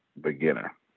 beginner